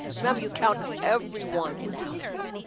remember, you count everyone in the household.